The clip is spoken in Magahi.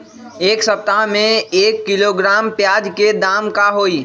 एक सप्ताह में एक किलोग्राम प्याज के दाम का होई?